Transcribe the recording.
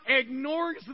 ignores